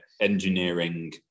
engineering